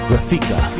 Rafika